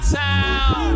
town